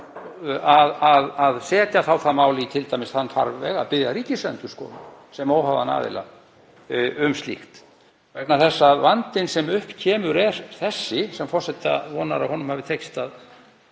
að setja það mál í t.d. þann farveg að biðja Ríkisendurskoðun sem óháðan aðila um slíkt, vegna þess að vandinn sem upp kemur er þessi, sem forseti vonar að honum hafi tekist að